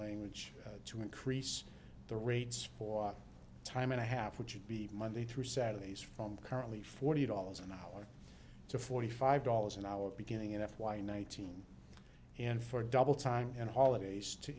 guage to increase the rates for time and a half which should be monday through saturday is from currently forty dollars an hour to forty five dollars an hour beginning in f y nineteen and for double time and holidays to